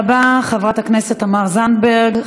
תודה רבה, חברת הכנסת תמר זנדברג.